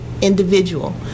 individual